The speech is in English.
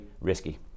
risky